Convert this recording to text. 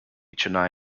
chennai